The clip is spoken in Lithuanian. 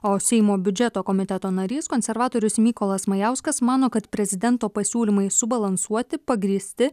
o seimo biudžeto komiteto narys konservatorius mykolas majauskas mano kad prezidento pasiūlymai subalansuoti pagrįsti